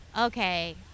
Okay